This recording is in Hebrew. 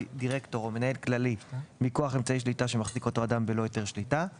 דירקטור או מנהל כללי מכוח אמצעי שליטה שמחזיק אותו אדם בלא היתר שליטה;